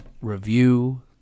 review